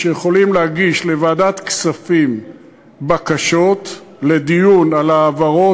שיכולים להגיש לוועדת כספים בקשות לדיון על העברות,